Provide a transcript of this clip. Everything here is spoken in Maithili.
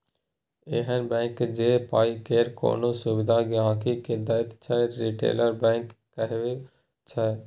एहन बैंक जे पाइ केर कोनो सुविधा गांहिकी के दैत छै रिटेल बैंकिंग कहाबै छै